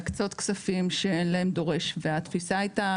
להקצות כספים שאין להם דורש והתפיסה הייתה,